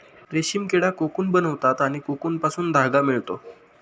रेशीम किडा कोकून बनवतात आणि कोकूनपासून धागा मिळतो